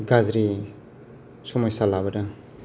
गाज्रि समायसा लाबोदों